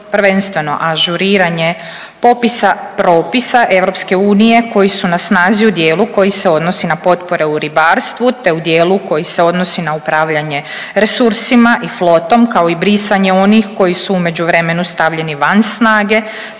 prvenstveno ažuriranje popisa propisa EU koji su na snazi u dijelu koji se odnosi na potpore u ribarstvu, te u dijelu koji se odnosi na upravljanje resursima i flotom kao i brisanje onih koji su u međuvremenu stavljeni van snage,